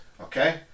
Okay